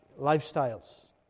lifestyles